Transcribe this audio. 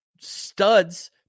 studs